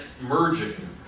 merging